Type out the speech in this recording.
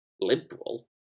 liberal